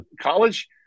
College